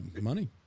money